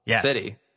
city